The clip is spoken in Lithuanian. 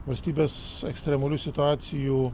valstybės ekstremalių situacijų